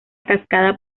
cascada